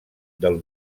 del